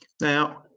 Now